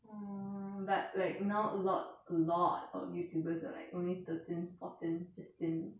orh but like now a lot a lot of youtubers are like only thirteen fourteen fifteen